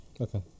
Okay